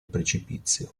precipizio